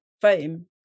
fame